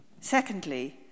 Secondly